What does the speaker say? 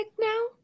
now